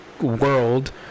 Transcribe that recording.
world